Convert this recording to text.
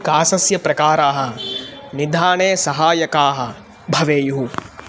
कासस्य प्रकाराः निधाने सहायकाः भवेयुः